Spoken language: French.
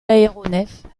aéronefs